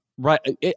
Right